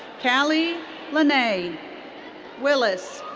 callie laniegh willis.